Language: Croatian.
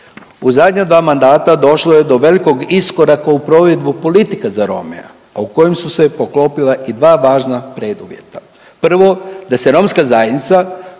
U zadnja dva mandata došlo je do velikog iskoraka u provedbu politika za Rome, a u kojem su se poklopile i dva važna preduvjeta. Prvo, da se romska zajednica